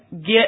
get